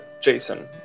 Jason